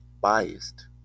biased